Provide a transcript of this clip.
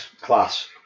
Class